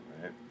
right